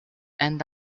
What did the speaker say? and